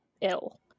ill